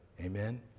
Amen